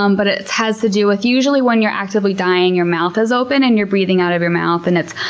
um but it has to do with usually when you're actively dying your mouth is open and you're breathing out of your mouth. and it's,